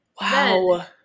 Wow